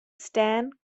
stan